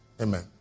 Amen